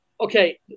Okay